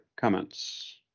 comments